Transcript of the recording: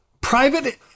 private